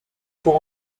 pour